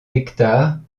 hectares